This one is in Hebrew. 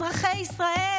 אזרחי ישראל",